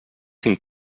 cinc